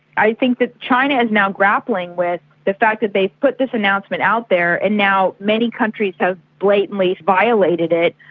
i think that china is and now grappling with the fact that they've put this announcement out there and now many countries have blatantly violated it.